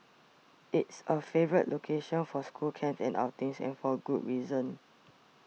it's a favourite location for school camps and outings and for good reason